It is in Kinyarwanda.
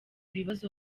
ibibazo